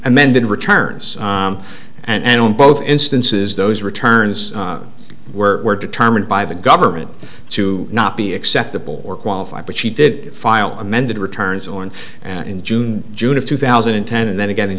amended returns and on both instances those returns were determined by the government to not be acceptable or qualified but she did file amended returns or in an in june june of two thousand and ten and then again in